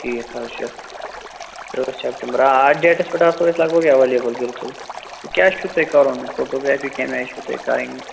ٹھیٖک حظ چھُ تٕرٛہ سٮ۪پٹَمبَر آ اَتھ ڈیٹَس پٮ۪ٹھ آسو أسۍ لگ بگ ایٚویلیبُل بِلکُل کیٛاہ چھُو تۄہہِ کَرُن فوٹوگرٛافی کَمہِ آیہِ چھُو تۄہہِ کَرٕنۍ